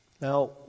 Now